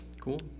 cool